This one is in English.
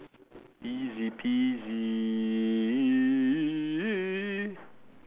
easy peasy